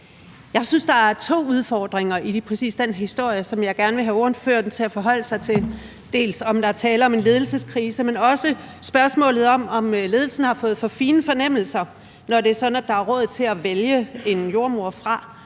Jeg synes, der er to udfordringer i lige præcis den historie, som jeg gerne vil have ordføreren til at forholde sig til, dels om der er tale om en ledelseskrise, dels spørgsmålet om, om ledelsen har fået for fine fornemmelser, når det er sådan, at der er råd til at vælge en jordemoder fra,